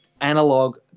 analog